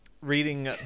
reading